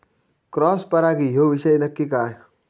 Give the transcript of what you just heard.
Cross परागी ह्यो विषय नक्की काय?